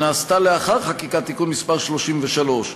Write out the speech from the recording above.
שנעשתה לאחר חקיקת תיקון מס' 33,